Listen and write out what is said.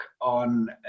on